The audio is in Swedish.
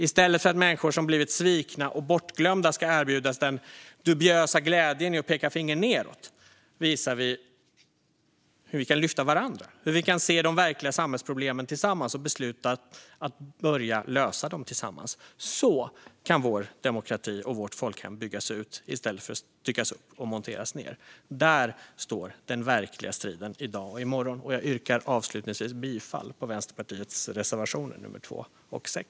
I stället för att människor som blivit svikna och bortglömda ska erbjudas den dubiösa glädjen i att peka finger nedåt visar Vänsterpartiet hur vi kan lyfta varandra och hur vi kan se de verkliga samhällsproblemen tillsammans och besluta att börja lösa dem tillsammans. Så kan vår demokrati och vårt folkhem byggas ut i stället för att styckas upp och monteras ned. Där står den verkliga striden i dag och i morgon. Jag yrkar avslutningsvis bifall till Vänsterpartiets reservationer nummer 2 och 6.